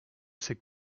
c’est